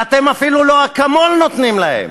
ואתם אפילו אקמול לא נותנים להם.